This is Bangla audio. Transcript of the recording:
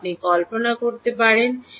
যা আপনি কল্পনা করতে পারেন